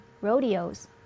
rodeos